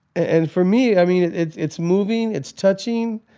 and for me, i mean it's, it's moving, it's touching.